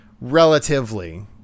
relatively